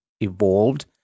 evolved